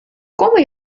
komme